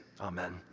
Amen